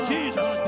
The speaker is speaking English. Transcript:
Jesus